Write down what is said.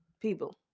people